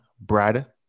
Brad